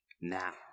now